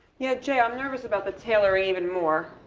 yeah, jay i'm nervous about the tailor, even more.